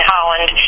Holland